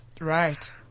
Right